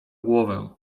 głowę